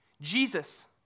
Jesus